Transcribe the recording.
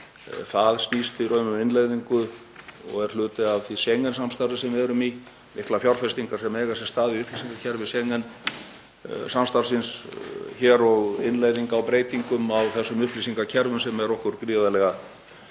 Það snýst um innleiðingu og er hluti af því Schengen-samstarfi sem við erum í; það eru miklar fjárfestingar sem eiga sér stað í upplýsingakerfum Schengen-samstarfsins hér og innleiðing á breytingum á þessum upplýsingakerfum sem eru okkur gríðarlega